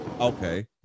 Okay